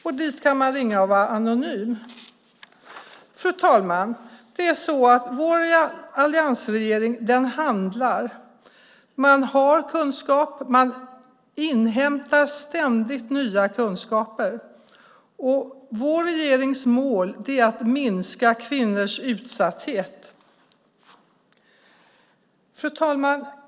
Dit kan man som sagt ringa och vara anonym. Fru talman! Vår alliansregering handlar. Man har kunskap. Man inhämtar ständigt nya kunskaper. Vår regerings mål är att minska kvinnors utsatthet. Fru talman!